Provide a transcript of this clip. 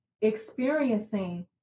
experiencing